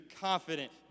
confident